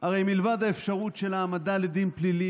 הרי מלבד האפשרות של העמדה לדין פלילי